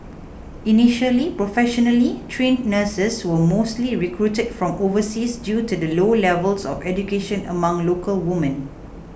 initially professionally trained nurses were mostly recruited from overseas due to the low levels of education among local women